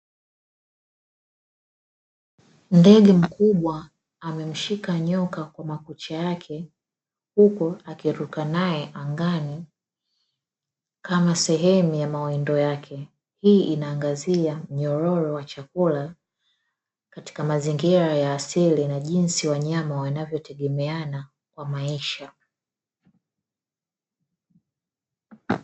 Ndege mkubwa amemshika nyoka kwa makucha yake huko akiruka naye, kama sehemu ya mawaidha yake hii inaangazia nyororo wa chakula katika mazingira ya asili na jinsi wanyama wanavyotegemeana kwa maisha.